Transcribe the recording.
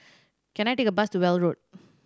can I take a bus to Weld Road